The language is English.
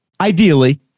ideally